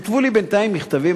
כתבו לי בינתיים מכתבים.